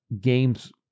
games